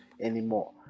anymore